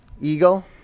Eagle